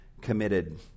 committed